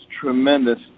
tremendous